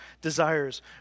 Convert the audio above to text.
desires